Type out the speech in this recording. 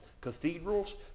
cathedrals